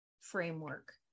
framework